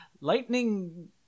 Lightning